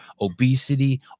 obesity